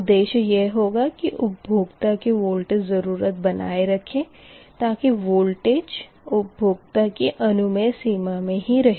उद्देश्य यह होगा के उपभोक्ता की वोल्टेज ज़रूरत बनाए रखें ताकी वोल्टेज उपभोक्ता की अनुमेय सीमा मे ही रहे